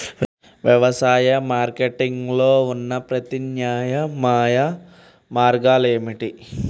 వ్యవసాయ మార్కెటింగ్ లో ఉన్న ప్రత్యామ్నాయ మార్గాలు ఏమిటి?